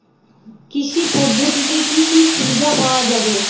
কৃষি পদ্ধতিতে কি কি সুবিধা পাওয়া যাবে?